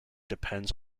depends